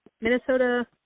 Minnesota